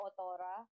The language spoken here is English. Otora